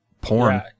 porn